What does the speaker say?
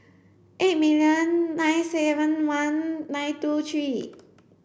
eight million nine seven one nine two three